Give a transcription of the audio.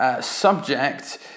Subject